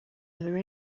never